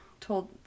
told